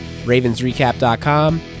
ravensrecap.com